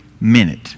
minute